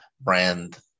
brand